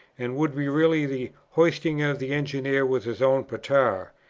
and would be really the hoisting of the engineer with his own petar.